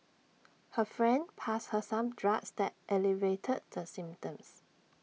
her friend passed her some drugs that alleviated the symptoms